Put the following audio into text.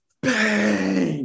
Bang